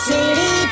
City